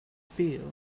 feel